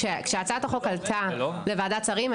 כשהצעת הוק עלתה לוועדת שרים,